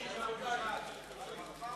כהצעת הוועדה ועם ההסתייגות שנתקבלה, נתקבל.